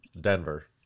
Denver